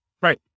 right